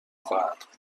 خواهد